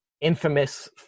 infamous